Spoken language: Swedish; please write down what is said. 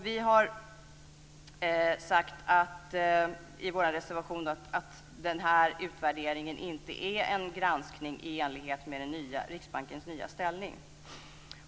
Vi har i vår reservation sagt att den här utvärderingen inte är en granskning i enlighet med Riksbankens nya ställning.